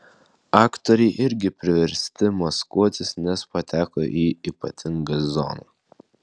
aktoriai irgi priversti maskuotis nes pateko į ypatingą zoną